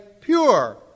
pure